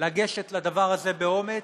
לגשת לדבר הזה באומץ,